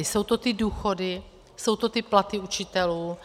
Jsou to ty důchody, jsou to ty platy učitelů.